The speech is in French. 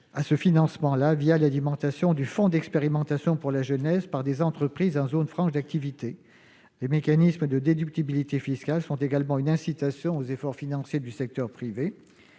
à ce financement, l'alimentation du fonds d'expérimentation pour la jeunesse (FEJ) par des entreprises en zone franche d'activité. Les mécanismes de déductibilité fiscale sont également une incitation aux efforts financiers du secteur privé.